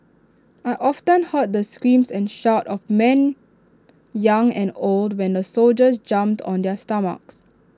I often heard the screams and shouts of men young and old when the soldiers jumped on their stomachs